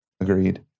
agreed